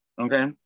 Okay